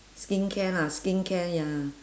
skincare lah skincare ya